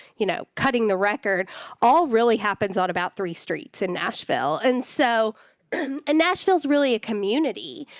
you know, cutting the record all really happens on about three streets in nashville. and so and nashville's really a community,